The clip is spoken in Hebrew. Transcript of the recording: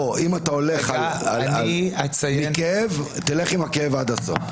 אם אתה הולך על כאב, תלך עם הכאב עד הסוף.